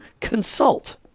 consult